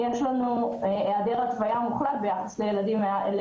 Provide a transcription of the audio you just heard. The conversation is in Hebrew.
יש לנו היעדר התוויה מוחלט ביחס לצעירים